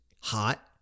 hot